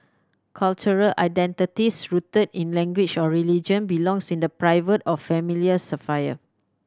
cultural identities rooted in language or religion belongs in the private or familial sphere